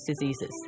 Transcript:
diseases